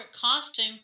costume